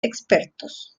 expertos